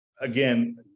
again